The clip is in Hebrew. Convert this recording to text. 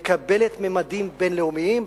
מקבלת ממדים בין-לאומים.